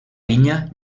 vinya